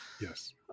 Yes